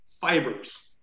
fibers